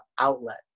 outlet